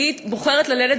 היא בוחרת ללדת